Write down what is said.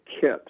kit